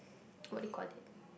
what you call it